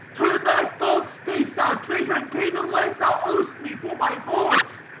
turn thy false face, thou traitor, and pay thy life thou owest me for my horse.